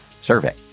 survey